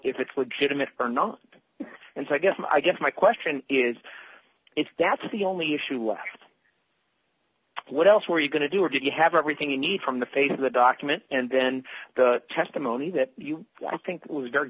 if it's legitimate or not and so i guess i guess my question is if that's the only issue left what else were you going to do or do you have everything you need from the fate of the document and then the testimony that you think was very